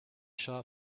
shop